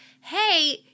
hey